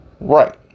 Right